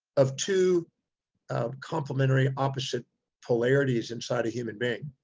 of two complimentary opposite polarities inside a human being.